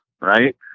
right